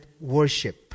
worship